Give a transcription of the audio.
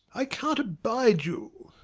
i can't abide you!